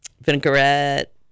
vinaigrette